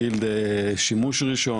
גיל שימוש ראשון,